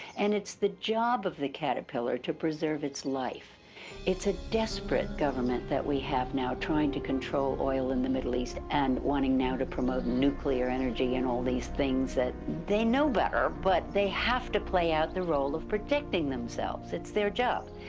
and it's the job of the caterpillar to preserve its life it's a desperate government, that we have now trying to control oil in the middle-east and one in now to promote nuclear energy and all these things, they know better, but they have to play out the role of predicting themselves it's their job.